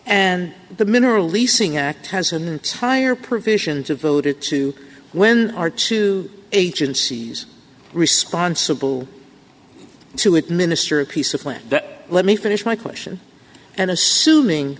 and the mineral leasing act has an entire provisions of voted to when are two agencies responsible to administer a piece of land let me finish my question and assuming